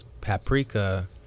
paprika